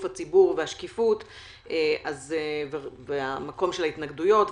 הציבור והשקיפות והמקום של ההתנגדויות ועררים,